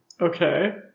Okay